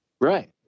Right